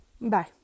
Bye